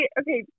okay